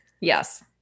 yes